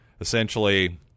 essentially